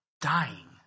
dying